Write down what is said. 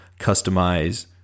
customize